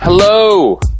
Hello